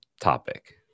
topic